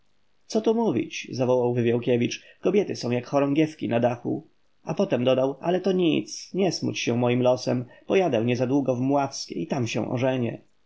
co tu mówić zawołał wywiałkiewicz kobiety są jak chorągiewktchorągiewki na dachu a potem dodał ale to nic nie smuć się moim losem pojadę niezadługo w mławskie i tam się ożenię